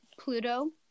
Pluto